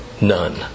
None